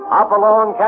Hopalong